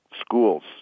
schools